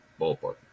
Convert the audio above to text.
Ballpark